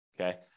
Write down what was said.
Okay